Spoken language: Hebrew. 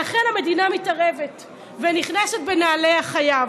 ולכן המדינה מתערבת ונכנסת בנעלי החייב,